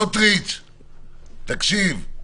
תקשיב,